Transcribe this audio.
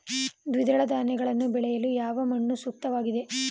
ದ್ವಿದಳ ಧಾನ್ಯಗಳನ್ನು ಬೆಳೆಯಲು ಯಾವ ಮಣ್ಣು ಸೂಕ್ತವಾಗಿದೆ?